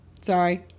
Sorry